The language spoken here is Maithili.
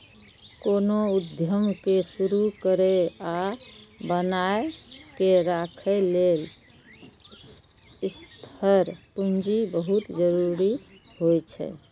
कोनो उद्यम कें शुरू करै आ बनाए के राखै लेल स्थिर पूंजी बहुत जरूरी होइ छै